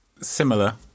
Similar